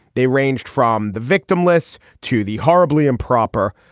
they ranged from the victimless to the horribly improper.